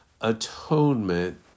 atonement